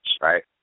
right